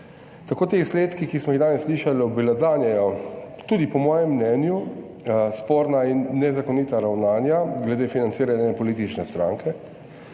Tako ti izsledki, ki smo jih danes slišali, obelodanjajo tudi po mojem mnenju sporna in nezakonita ravnanja glede financiranja ene politične stranke,